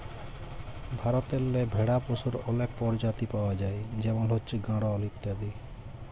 ভারতেল্লে ভেড়া পশুর অলেক পরজাতি পাউয়া যায় যেমল হছে গাঢ়ল ইত্যাদি